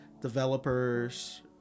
developers